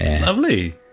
lovely